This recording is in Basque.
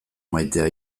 maitea